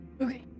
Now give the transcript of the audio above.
Okay